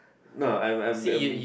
no I'm I'm I'm